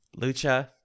Lucha